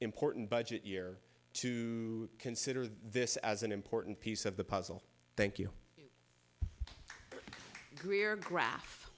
important budget year to consider this as an important piece of the puzzle thank you